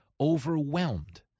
overwhelmed